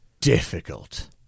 difficult